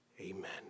amen